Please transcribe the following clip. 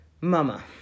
Mama